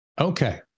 Okay